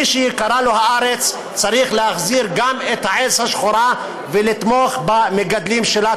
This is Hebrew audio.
מי שיקרה לו הארץ צריך להחזיר את העז השחורה ולתמוך במגדלים שלה.